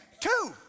Two